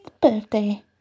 birthday